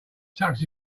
tux